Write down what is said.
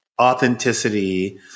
authenticity